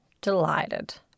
Delighted